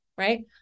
right